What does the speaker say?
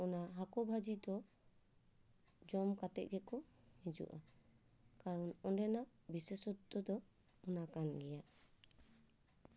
ᱚᱱᱟ ᱦᱟᱹᱠᱩ ᱵᱷᱟᱹᱡᱤ ᱫᱚ ᱡᱚᱢ ᱠᱟᱛᱮᱫ ᱜᱮᱠᱚ ᱦᱤᱡᱩᱜᱼᱟ ᱠᱟᱨᱚᱱ ᱚᱸᱰᱮᱱᱟᱜ ᱵᱤᱥᱮᱥᱚᱛᱚ ᱫᱚ ᱚᱱᱟ ᱠᱟᱱ ᱜᱮᱭᱟ